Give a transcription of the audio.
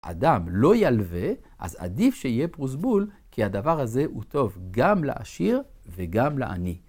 אדם לא ילווה, אז עדיף שיהיה פרוזבול, כי הדבר הזה הוא טוב גם לעשיר וגם לעני.